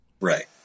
Right